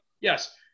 yes